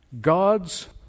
God's